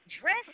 Dress